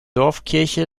dorfkirche